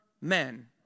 men